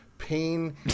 pain